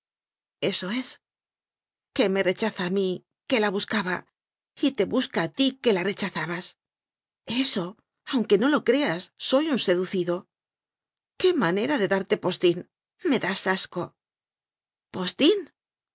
eso es que me rechaza a mí que la buscaba y te busca a ti que la rechazabas eso aunque no lo creas soy un se ducido qué manera de darte postín me das asco postín